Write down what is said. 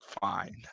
fine